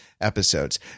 episodes